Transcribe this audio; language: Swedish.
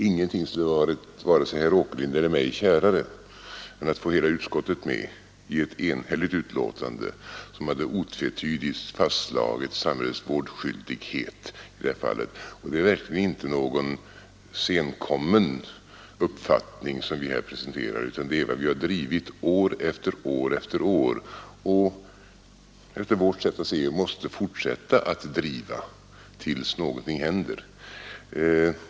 Ingenting skulle ha varit vare sig herr Åkerlind eller mig kärare än att få hela utskottet med i ett enhälligt betänkande, som otvetydigt hade fastslagit samhällets vårdskyldighet i det här fallet. Det är verkligen inte någon senkommen uppfattning som vi här presenterar, utan det är en tes som vi har drivit år efter år och efter vårt sätt att se måste fortsätta att driva tills någonting händer.